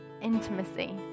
intimacy